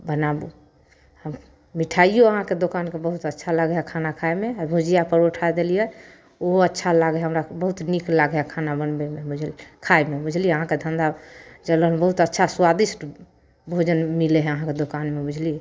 बनाबू मिठाइओ अहाँके दोकानके बहुत अच्छा लागै हइ खाना खाइमे आओर भुजिआ परौठा देलिए ओहो अच्छा लागै हइ हमरा बहुत नीक लागै हइ खाना बनबैमे खाइमे बुझलिए अहाँके धन्धा चलैमे बहुत अच्छा सुआदिष्ट भोजन मिलै हइ अहाँके दोकानमे बुझलिए